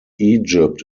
egypt